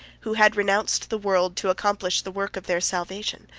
who had renounced the world to accomplish the work of their salvation,